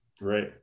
Right